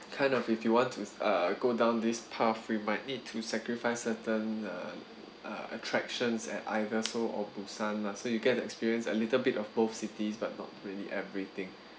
kind of if you want to uh go down this path we might need to sacrifice certain uh uh attractions at either seoul or busan lah so you get the experience a little bit of both cities but not really everything